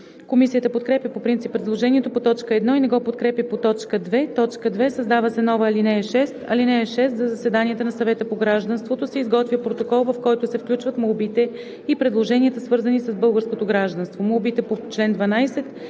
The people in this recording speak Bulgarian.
Комисията подкрепя по принцип предложението по т. 1 и не го подкрепя по т. 2: „2. Създава се нова алинея 6: „(6) За заседанията на Съвета по гражданството се изготвя протокол, в който се включват молбите и предложенията, свързани с българското гражданство. Молбите по чл. 12а